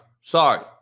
Sorry